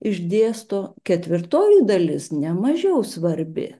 išdėsto ketvirtoji dalis ne mažiau svarbi